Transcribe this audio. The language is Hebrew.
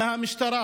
מהמשטרה,